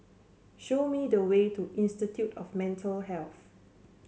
show me the way to Institute of Mental Health